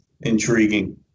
intriguing